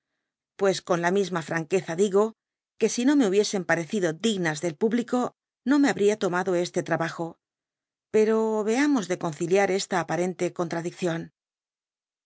pues con la misma franqueza digo que si no me hubiesen parecido dignas del público no me habria tomado este trabajo pero veamos de conciliar esta aparente contradicción